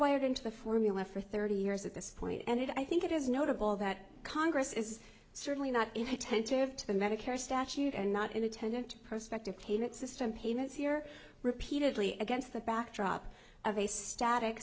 hardwired into the formula for thirty years at this point and i think it is notable that congress is certainly not attentive to the medicare statute and not in a tenant perspective payment system payments here repeatedly against the backdrop of a static